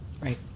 right